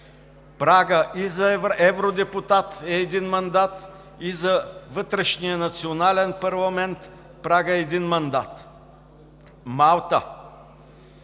прагът и за евродепутат е един мандат, и за вътрешния национален парламент прагът е един мандат. Малта